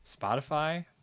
Spotify